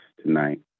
tonight